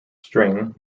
string